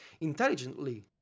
intelligently